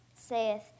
saith